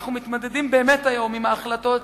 אנחנו מתמודדים היום באמת עם ההחלטות